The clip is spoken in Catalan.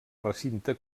recinte